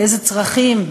לאיזה צרכים,